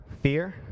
fear